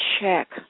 check